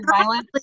violence